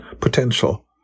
potential